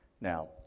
Now